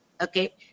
Okay